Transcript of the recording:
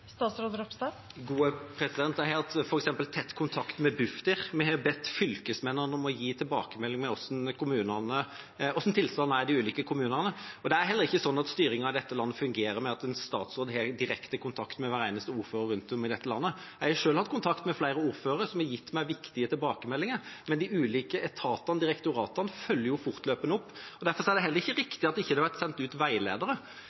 Jeg har f.eks. hatt tett kontakt med Bufdir. Vi har bedt fylkesmennene om å gi tilbakemelding om hvordan tilstanden er i de ulike kommunene. Det er heller ikke sånn at styringen i dette landet fungerer slik at en statsråd har direkte kontakt med hver eneste ordfører rundt omkring om dette. Jeg har selv hatt kontakt med flere ordførere som har gitt meg viktige tilbakemeldinger. Men de ulike etatene og direktoratene følger fortløpende opp. Derfor er det heller ikke